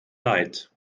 leid